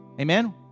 Amen